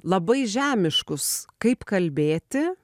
labai žemiškus kaip kalbėti